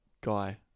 guy